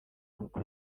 kuko